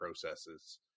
processes